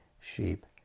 sheep